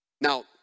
Now